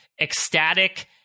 ecstatic